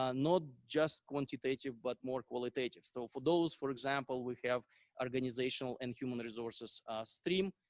um not just quantitative but more qualitative. so, for those, for example, we have organizational and human resources stream,